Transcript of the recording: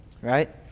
right